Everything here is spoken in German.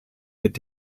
mit